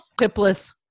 hipless